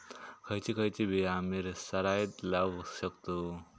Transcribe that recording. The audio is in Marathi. खयची खयची बिया आम्ही सरायत लावक शकतु?